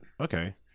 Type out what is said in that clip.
Okay